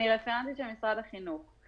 אני רפרנטית של משרד החינוך,